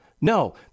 No